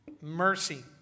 mercy